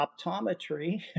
optometry